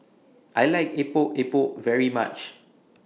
I like Epok Epok very much